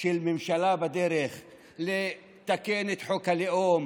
של ממשלה בדרך לתקן את חוק הלאום,